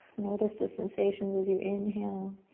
notice the sensations as you inhale